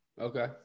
Okay